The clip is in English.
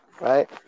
right